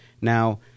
Now